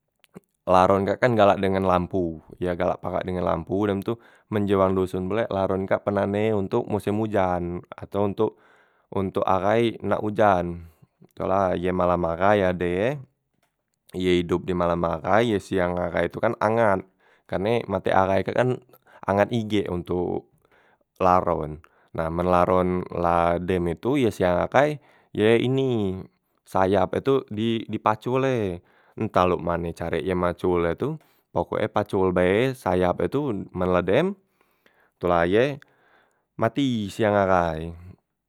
Laron kak kan galak dengan lampu, ye galak parak dengan lampu dem tu men ji wang doson pulek laron kak penane ontok mosim ujan ato ontok ontok ahai nak ujan. Tu la ye malam ahai ade ye, ye idop di malam ahai ye siang ahai tu kan angat, karne mate ahai kak kan angat igek ontok laron, na men laron la dem itu yo siang ahai ye ini sayap e itu di dipacol e, entah luk mane carek e ye macol e tu, pokok e pacol bae sayap e tu, men la dem tu la ye mati siang ahai.